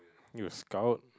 you scout